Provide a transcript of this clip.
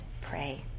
pray